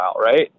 right